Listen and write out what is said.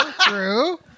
true